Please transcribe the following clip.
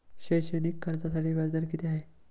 शैक्षणिक कर्जासाठी व्याज दर किती आहे?